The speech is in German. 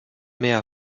mehr